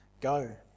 go